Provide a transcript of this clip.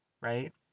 right